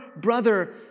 brother